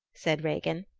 said regin,